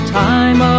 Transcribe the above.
time